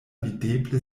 videble